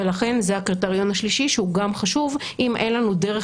ולכן זה הקריטריון השלישי שהוא גם חשוב אם אין לנו דרך